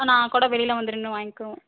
நான் கூட வெளியில் கூடது நின்று வாங்கிக்றோம்